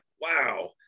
wow